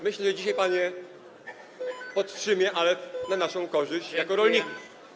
Myślę, że dzisiaj pan je podtrzyma, ale na naszą korzyść jako rolników.